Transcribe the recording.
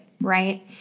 right